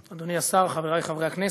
אדוני השר, חברי חברי הכנסת,